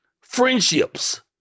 friendships